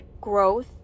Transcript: growth